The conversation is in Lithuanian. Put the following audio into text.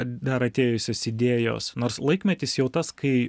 dar atėjusios idėjos nors laikmetis jau tas kai